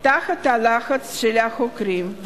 תחת לחץ החוקרים.